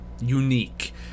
unique